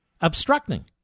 obstructing